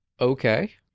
okay